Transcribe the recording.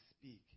speak